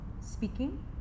speaking